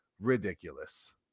ridiculous